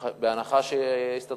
בהנחה שתסכימו לתקציב הדו-שנתי.